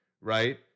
right